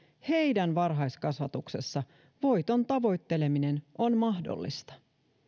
heidän varhaiskasvatuksessaan voiton tavoitteleminen on mahdollista